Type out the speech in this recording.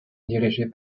dirigé